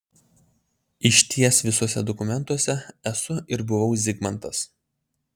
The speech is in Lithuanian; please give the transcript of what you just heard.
išties visuose dokumentuose esu ir buvau zigmantas